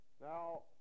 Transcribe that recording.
Now